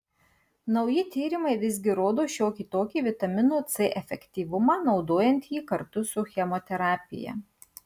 nauji tyrimai visgi rodo šiokį tokį vitamino c efektyvumą naudojant jį kartu su chemoterapija